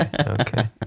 okay